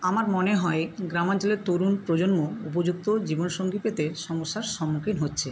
আমার মনে হয় গ্রামাঞ্চলের তরুণ প্রজন্ম উপযুক্ত জীবনসঙ্গী পেতে সমস্যার সম্মুখীন হচ্ছে